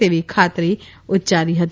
તેવી ખાતરી ઉચ્યારી હતી